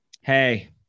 hey